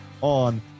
On